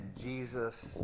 Jesus